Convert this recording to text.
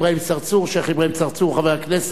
השיח' אברהים צרצור, חבר הכנסת,